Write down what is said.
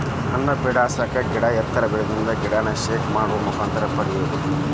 ಹಣ್ಣ ಬಿಡಸಾಕ ಗಿಡಾ ಎತ್ತರ ಬೆಳಿಯುದರಿಂದ ಗಿಡಾನ ಶೇಕ್ ಮಾಡು ಮುಖಾಂತರ ಪಡಿಯುದು